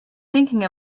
thinking